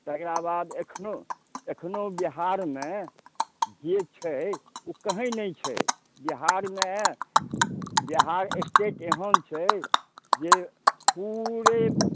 तेकरा बाद एखनो एखनो बिहारमे जे छै ओ कहै नहि छै बिहारमे बिहार स्टेट एहन छै जे पूरे